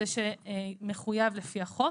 זה שמחויב לפי החוק.